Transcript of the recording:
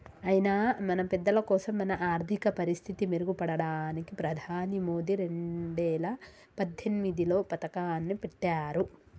అయినా మన పెద్దలకోసం మన ఆర్థిక పరిస్థితి మెరుగుపడడానికి ప్రధాని మోదీ రెండేల పద్దెనిమిదిలో పథకాన్ని పెట్టారు